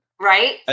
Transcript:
Right